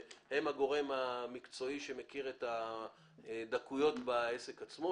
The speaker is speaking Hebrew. הגורם המקצועי שמכיר את הדקויות בעסק עצמו,